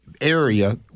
area